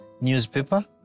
newspaper